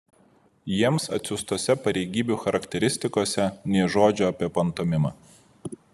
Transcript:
jiems atsiųstose pareigybių charakteristikose nė žodžio apie pantomimą